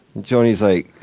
joanie's, like,